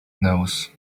knows